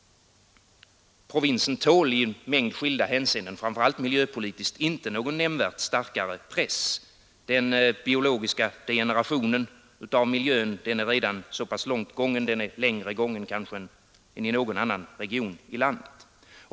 Provinsen tål i många skilda hänseenden — framför allt miljöpolitiskt — inte någon nämndvärt starkare press. Den biologiska degenerationen av miljön är redan så pass långt gången, kanske längre gången än i någon annan region i landet.